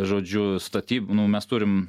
žodžiu statyb nu mes turim